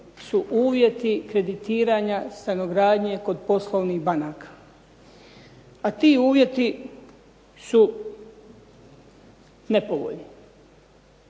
su uvjeti kreditiranja stanogradnje kod poslovnih banaka. A ti uvjeti su nepovoljni